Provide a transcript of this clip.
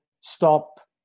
stop